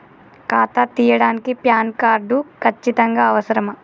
ఖాతా తీయడానికి PAN card ఖచ్చితంగా అవసరమా?